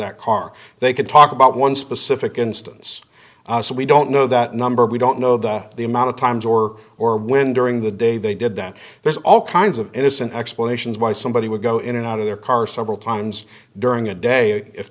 that car they could talk about one specific instance so we don't know that number we don't know that the amount of times or or when during the day they did that there's all kinds of innocent explanations why somebody would go in and out of their car several times during a day if